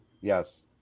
Yes